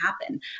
happen